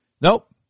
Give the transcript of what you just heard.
Nope